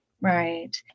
Right